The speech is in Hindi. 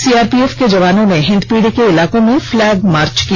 सीआरपीएफ के जवानों ने हिन्दपीढ़ी के इलाकों में फ्लैग मार्च किया